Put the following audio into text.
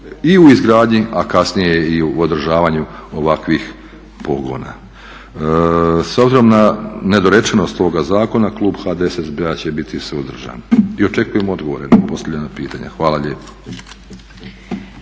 i u izgradnji, a kasnije i u održavanju ovakvih pogona. S obzirom na nedorečenost ovoga zakona klub HDSSB-a će biti suzdržan i očekujem odgovore na postavljena pitanja. Hvala lijepa.